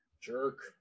Jerk